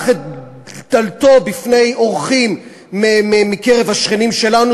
את דלתו בפני אורחים מקרב השכנים שלנו,